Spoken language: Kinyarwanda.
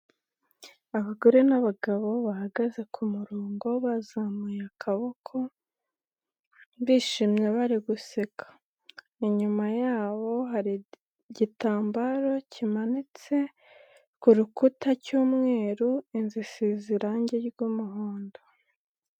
Abagore n'abagabo bahagaze ku murongo bazamuye akaboko bishimye bari guseka, inyuma yabo hari igitambaro kimanitse ku rukuta cy'umweru, inzu isize irangi ry'umuhondo.